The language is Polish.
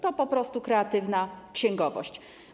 To po prostu kreatywna księgowość.